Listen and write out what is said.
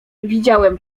widziałem